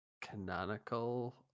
canonical